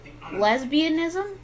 Lesbianism